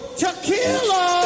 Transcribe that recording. tequila